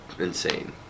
insane